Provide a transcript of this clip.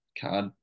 card